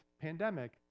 pandemic